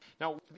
Now